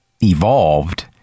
evolved